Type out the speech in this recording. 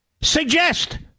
suggest